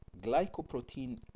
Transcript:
glycoprotein